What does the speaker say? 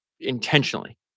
intentionally